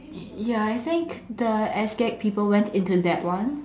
ya I think the Sgag people went into that one